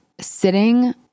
sitting